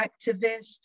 activist